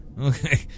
Okay